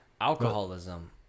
Alcoholism